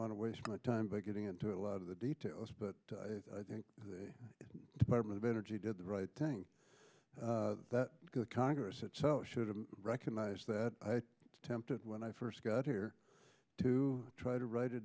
want to waste my time by getting into a lot of the details but i think the department of energy did the right thing that congress should recognize that i attempted when i first got here to try to write a